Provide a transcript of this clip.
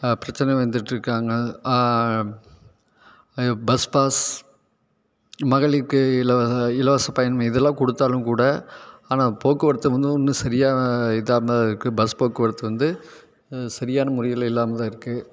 பிரச்சனை வந்துட்டு இருக்காங்க பஸ் பாஸ் மகளிருக்கு இல இலவச பயணம் இதெல்லாம் கொடுத்தாலும்கூட ஆனால் போக்குவரத்து வந்து இன்னும் சரியாக இதாம இருக்குது பஸ் போக்குவரத்து வந்து சரியான முறையில் இல்லாமல்தான் இருக்குது